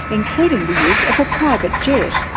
including the use of a private jet.